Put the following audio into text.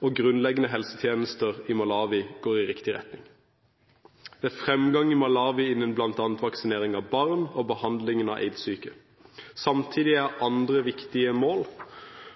og grunnleggende helsetjenester i Malawi går i riktig retning. Det er fremgang i Malawi bl.a. innen vaksinering av barn og behandlingen av aidssyke. Samtidig er andre viktige mål